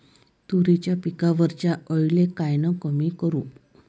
तुरीच्या पिकावरच्या अळीले कायनं कमी करू?